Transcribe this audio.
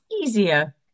easier